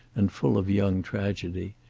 and full of young tragedy.